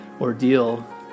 ordeal